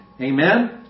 Amen